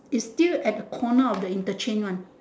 is still at the corner of the interchange one